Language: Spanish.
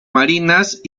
marinas